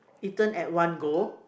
eaten at one go